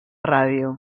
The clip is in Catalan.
ràdio